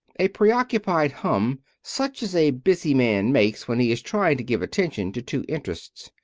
a preoccupied hum, such as a busy man makes when he is trying to give attention to two interests.